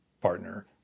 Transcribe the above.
partner